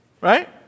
right